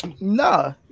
Nah